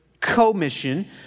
commission